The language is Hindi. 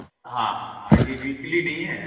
हाँ हाँ ये वीकली नहीं है